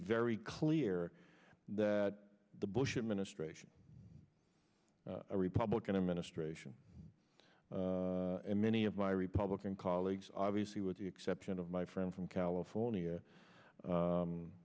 very clear that the bush administration a republican administration and many of my republican colleagues obviously with the exception of my friend from california